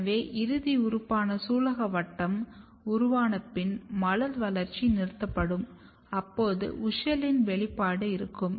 எனவே இறுதி உறுப்பான சூலகவட்டம் உருவானப்பின் மலர் வளர்ச்சி நிறுத்தப்படும் அப்போது WUSCHEL இன் வெளிப்பாடு இருக்கும்